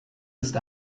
ist